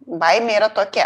baimė yra tokia